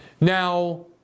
Now